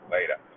Later